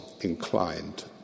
inclined